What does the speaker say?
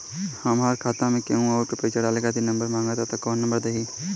हमार खाता मे केहु आउर पैसा डाले खातिर नंबर मांगत् बा कौन नंबर दे दिही?